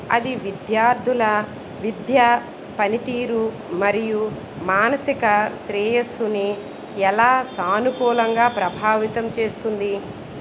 అది విద్యార్థుల విద్యా పనితీరు మరియు మానసిక శ్రేయస్సుని ఎలా సానుకూలంగా ప్రభావితం చేస్తుంది